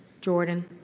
Jordan